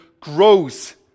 grows